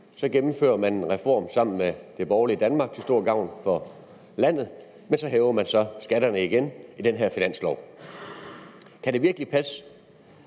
så gennemførte man en reform sammen med det borgerlige Danmark til stor gavn for landet, men så hæver man skatterne igen med den her finanslov. Kan det virkelig passe,